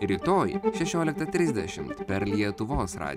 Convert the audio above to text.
rytoj šešioliktą trisdešimt per lietuvos ra